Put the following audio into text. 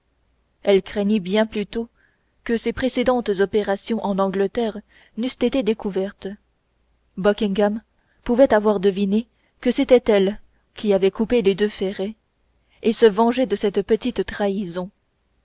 elle craignit bien plutôt que ses précédentes opérations en angleterre n'eussent été découvertes buckingham pouvait avoir deviné que c'était elle qui avait coupé les deux ferrets et se venger de cette petite trahison